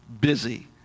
busy